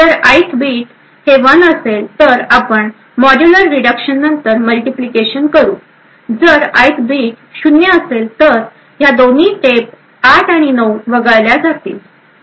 जर ith bit 1 असेल तर आपण मॉड्यूलर रिडक्शन नंतर मल्टिप्लिकेशन करूजर ith बीट शून्य असेल तर ह्या दोन्ही स्टेप आठ आणि नऊ वगळल्या जातील